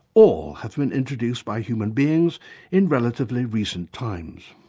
all have been introduced by human beings in relatively recent times.